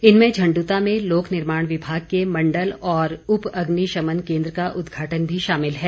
इनमें झंड्रता में लोक निर्माण विभाग के मंडल और उप अग्निशमन केंद्र का उद्घाटन भी शामिल है